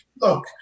Look